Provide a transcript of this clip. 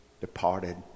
departed